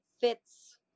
fits